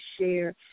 share